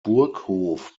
burghof